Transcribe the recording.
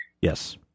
Yes